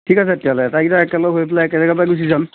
ঠিক আছে তেতিয়াহ'লে আটাইকেইটা একেলগ হৈ পেলাই একে জেগাৰ পৰাই গুচি যাম